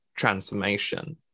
Transformation